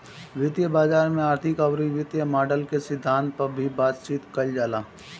वित्तीय बाजार में आर्थिक अउरी वित्तीय मॉडल के सिद्धांत पअ भी बातचीत कईल जाला